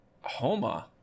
Homa